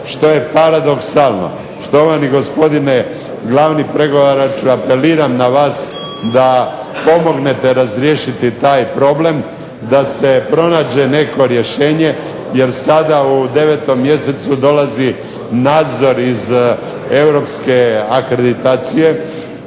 Što je paradoksalno. Štovani gospodine glavni pregovaraču apeliram na vas da pomognete razriješiti taj problem, da se pronađe neko rješenje jer sada u 9. mjesecu dolazi nadzor iz Europske akreditacije